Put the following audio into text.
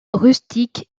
rustique